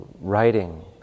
writing